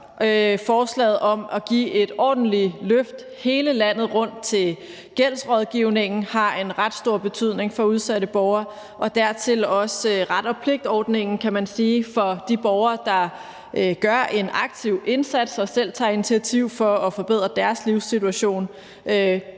forslaget om at give et ordentligt løft hele landet rundt til gældsrådgivning har en ret stor betydning for udsatte borgere, og det samme gælder også ret og pligt-ordningen, kan man sige, for de borgere, der gør en aktiv indsats og selv tager et initiativ til at forbedre deres livssituation;